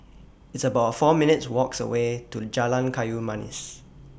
It's about four minutes' Walks away to Jalan Kayu Manis